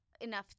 Enough